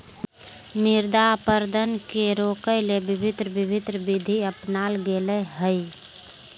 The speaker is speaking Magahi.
मृदा अपरदन के रोकय ले भिन्न भिन्न विधि अपनाल गेल हइ